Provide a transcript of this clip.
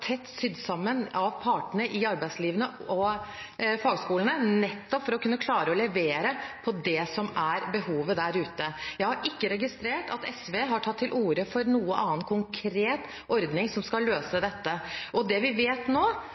tett sydd sammen av partene i arbeidslivet og fagskolene for å kunne klare å levere på det som er behovet der ute. Jeg har ikke registrert at SV har tatt til orde for noen annen konkret ordning som skal løse dette. Det vi vet nå,